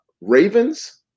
ravens